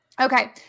Okay